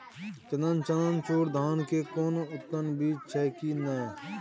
चननचूर धान के कोनो उन्नत बीज छै कि नय?